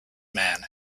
man